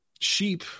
sheep